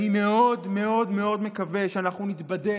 אני מאוד מאוד מקווה שאנחנו נתבדה